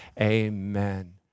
amen